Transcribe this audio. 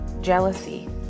jealousy